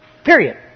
Period